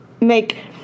make